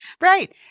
Right